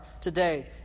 today